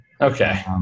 Okay